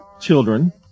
children